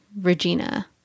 Regina